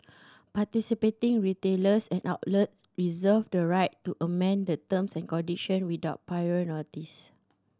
participating retailers and outlet reserve the right to amend the terms and condition without prior notice